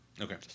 Okay